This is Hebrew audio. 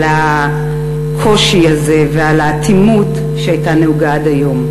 על הקושי הזה ועל האטימות שהייתה נהוגה עד היום.